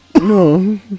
No